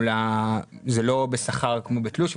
זה לא בשכר כמו בתלוש,